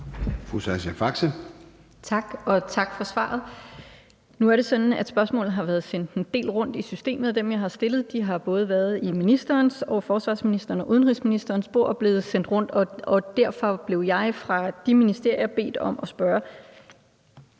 Faxe (ALT): Tak, og tak for svaret. Nu er det sådan, at spørgsmålet har været sendt en del rundt i systemet, og dem, jeg har stillet, har både været på justitsministerens, forsvarsministerens og udenrigsministerens bord og er blevet sendt rundt, og derfor blev jeg af de ministerier bedt om at spørge